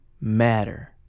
matter